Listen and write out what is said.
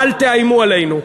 אל תאיימו עלינו.